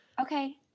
Okay